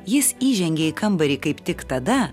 jis įžengė į kambarį kaip tik tada